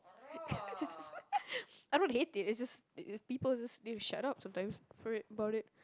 I don't hate it it's just it it people just need to shut up sometimes for it about it